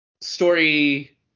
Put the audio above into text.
story